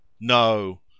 no